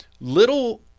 little